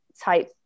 type